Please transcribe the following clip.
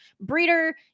Breeder